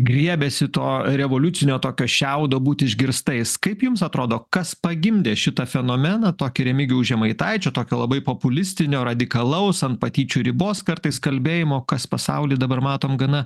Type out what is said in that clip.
griebiasi to revoliucinio tokio šiaudo būti išgirstais kaip jums atrodo kas pagimdė šitą fenomeną tokį remigijaus žemaitaičio tokio labai populistinio radikalaus ant patyčių ribos kartais kalbėjimo kas pasauly dabar matome gana